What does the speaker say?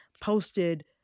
posted